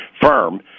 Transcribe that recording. firm